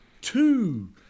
Two